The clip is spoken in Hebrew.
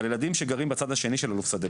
אבל ילדים מהצד השני של האלוף שדה,